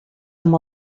amb